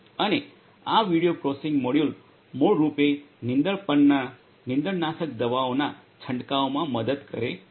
અને આ video processing module મૂળરૂપે નીંદણ પરના નીંદણનાશક દવાઓના છંટકાવમાં મદદ કરે છે